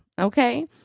Okay